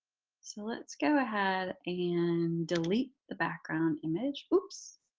so let's go ahead and delete the background image. whoops.